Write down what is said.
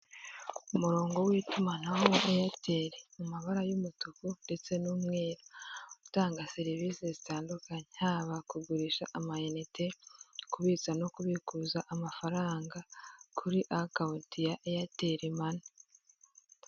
Umurongo w'itumanaho wa eyateri mu mabara y'umutuku ndetse n'umweru utanga serivisi zitandukanye haba kugurisha amayinite kubitsa no kubikuza amafaranga kuri akawunti ya eyateri mani.